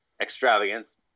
extravagance